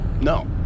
No